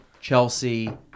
Chelsea